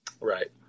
Right